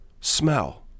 smell